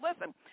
listen